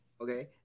okay